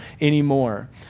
anymore